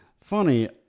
Funny